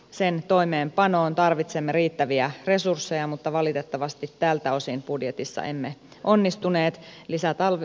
sen toimeenpanoon tarvitsemme riittäviä resursseja mutta valitettavasti tältä osin budjetissa emme onnistuneet